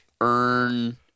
earn